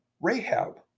Rahab